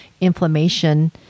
inflammation